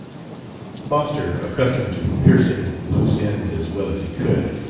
foster, accustomed to piecing loose ends as well as he could,